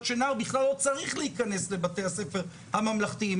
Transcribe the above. שנהר בכלל לא צריך להיכנס לבתי הספר הממלכתיים.